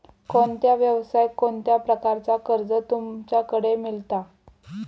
कोणत्या यवसाय कोणत्या प्रकारचा कर्ज तुमच्याकडे मेलता?